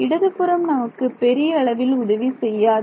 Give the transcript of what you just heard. இடதுபுறம் நமக்கு பெரிய அளவில் உதவி செய்யாது